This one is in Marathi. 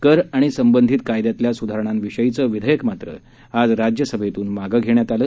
कर आणि संबंधित कायद्यातल्या सुधारणांविषयीचं विधेयक मात्र आज राज्यसभेतून मागं घेण्यात आलं